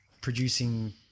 producing